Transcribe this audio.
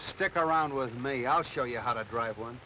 stick around with me i'll show you how to drive one